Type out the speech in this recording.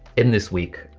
in this week,